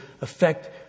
affect